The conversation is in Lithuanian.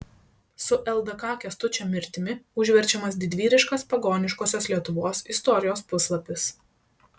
su ldk kęstučio mirtimi užverčiamas didvyriškas pagoniškosios lietuvos istorijos puslapis